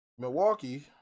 Milwaukee